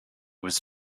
was